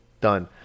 done